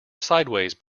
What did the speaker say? sideways